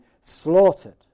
slaughtered